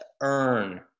earn